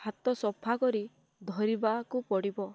ହାତ ସଫା କରି ଧରିବାକୁ ପଡ଼ିବ